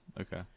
Okay